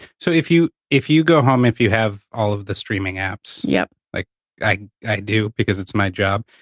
so if you if you go home, if you have all of the streaming apps yeah like i i do, because it's my job,